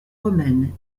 romaines